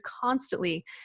constantly